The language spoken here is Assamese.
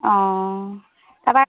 অঁ তাৰপৰা